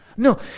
No